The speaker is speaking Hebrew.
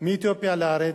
מאתיופיה לארץ,